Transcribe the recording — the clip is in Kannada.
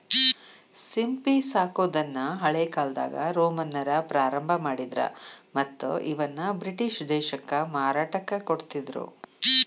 ಸಿಂಪಿ ಸಾಕೋದನ್ನ ಹಳೇಕಾಲ್ದಾಗ ರೋಮನ್ನರ ಪ್ರಾರಂಭ ಮಾಡಿದ್ರ ಮತ್ತ್ ಇವನ್ನ ಬ್ರಿಟನ್ ದೇಶಕ್ಕ ಮಾರಾಟಕ್ಕ ಕೊಡ್ತಿದ್ರು